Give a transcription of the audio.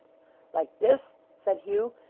like this said hugh,